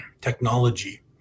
technology